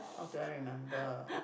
how do I remember